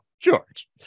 George